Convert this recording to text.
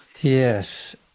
Yes